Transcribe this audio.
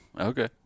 Okay